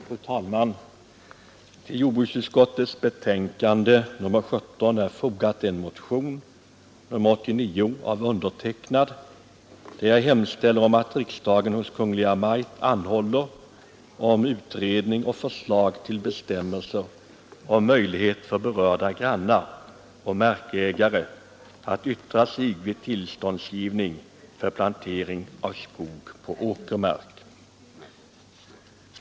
Fru talman! I jordbruksutskottets betänkande nr 17 behandlas en motion av mig, nr 89, där jag hemställer att riksdagen hos Kungl. Maj:t anhåller om utredning och förslag till bestämmelser om möjlighet för berörda grannar och markägare att yttra sig vid tillståndsgivning för plantering av skog på åkermark.